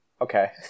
okay